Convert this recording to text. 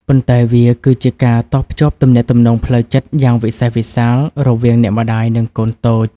ប៉ុន្តែវាគឺជាការតភ្ជាប់ទំនាក់ទំនងផ្លូវចិត្តយ៉ាងវិសេសវិសាលរវាងអ្នកម្ដាយ និងកូនតូច។